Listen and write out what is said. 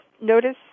notice